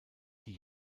die